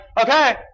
okay